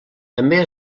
també